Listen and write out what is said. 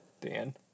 Dan